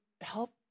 help